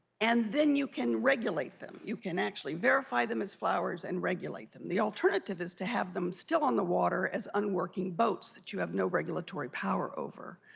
and then you can regulate them. you can actually verify them as flowers and regulate them. the alternative is to have them on the water as on working boats that you have no regulatory power over.